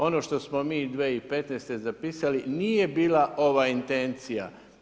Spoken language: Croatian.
Ono što smo mi 2015. zapisali nije bila ova intencija.